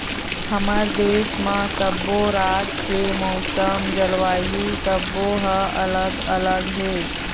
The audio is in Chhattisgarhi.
हमर देश म सब्बो राज के मउसम, जलवायु सब्बो ह अलग अलग हे